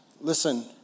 listen